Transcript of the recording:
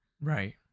right